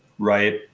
right